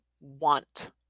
want